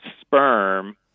sperm